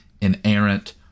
inerrant